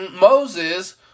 Moses